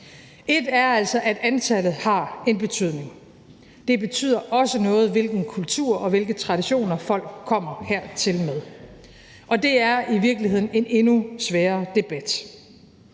Et er altså, at antallet har en betydning. Det betyder også noget, hvilken kultur og hvilke traditioner folk kommer hertil med, og det er i virkeligheden en endnu sværere debat.